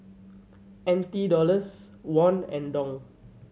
N T Dollars Won and Dong